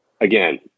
again